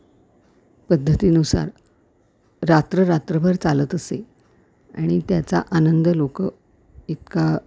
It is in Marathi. पद्धतीनुसार रात्र रात्रभर चालत असे आणि त्याचा आनंद लोक इतका